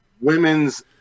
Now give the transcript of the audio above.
women's